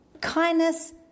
Kindness